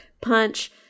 punch